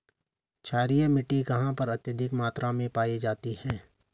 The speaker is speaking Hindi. क्षारीय मिट्टी कहां पर अत्यधिक मात्रा में पाई जाती है?